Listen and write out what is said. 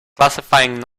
classifying